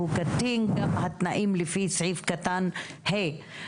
קטין גם התנאים לפי סעיף קטן (ה).